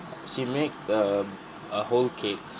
she make the a whole cake